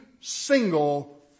single